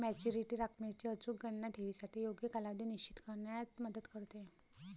maturity रकमेची अचूक गणना ठेवीसाठी योग्य कालावधी निश्चित करण्यात मदत करते